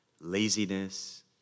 Laziness